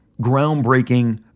groundbreaking